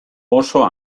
oso